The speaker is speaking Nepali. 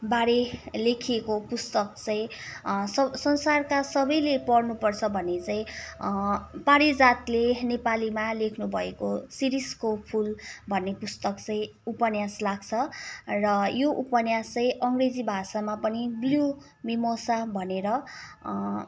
बारे लेखिएको पुस्तक चाहिँ स संसारका सबैले पढ्नुपर्छ भन्ने चाहिँ पारिजातले नेपालीमा लेख्नुभएको शिरिषको फुल भन्ने पुस्तक चाहिँ उपन्यास लाग्छ र यो उपन्यास चाहिँ अङ्ग्रेजी भाषामा पनि ब्लु मिमोसा भनेर